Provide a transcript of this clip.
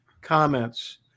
comments